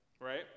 right